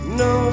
no